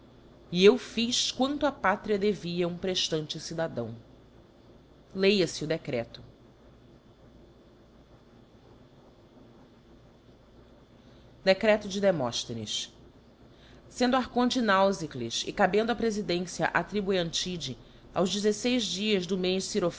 e eu fiz quanto á pátria devia um preftante cidadão lêa fe o decreto decreto de demosthenes csendo archonte naufícles e cabendo a prefidencia á tribu ieantide aos dezefeis dias do mez